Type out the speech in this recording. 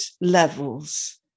levels